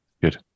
good